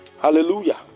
Hallelujah